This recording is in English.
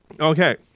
Okay